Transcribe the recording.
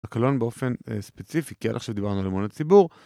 הקלון באופן ספציפי כי עד עכשיו דיברנו על אמון ציבור.